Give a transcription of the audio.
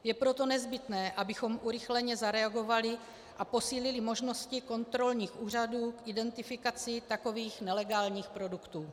Je proto nezbytné, abychom urychleně zareagovali a posílili možnosti kontrolních úřadů k identifikaci takových nelegálních produktů.